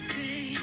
day